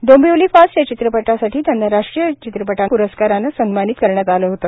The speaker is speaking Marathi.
डोंबिवली फास्ट या चित्रपटासाठी त्यांना राष्ट्रीय चित्रपट प्रस्कारानं सन्मानित करण्यात आलं होतं